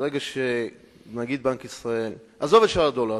ברגע שנגיד בנק ישראל, עזוב את שער הדולר.